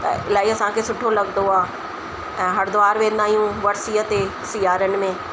त इलाही असांखे सुठो लॻंदो आहे ऐं हरिद्वार वेंदा आहियूं वर्सीअ ते सियारनि में